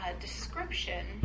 Description